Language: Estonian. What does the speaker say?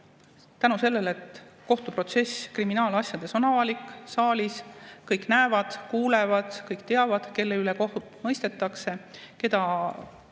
tänu sellele, et kohtuprotsess kriminaalasjades on avalik, saalis kõik kõike näevad-kuulevad, kõik teavad, kelle üle kohut mõistetakse, kelle